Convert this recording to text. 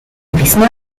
gewissen